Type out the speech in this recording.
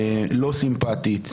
לא סימפטית.